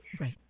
Right